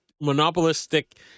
monopolistic